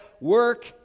work